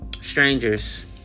Strangers